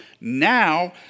now